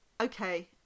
okay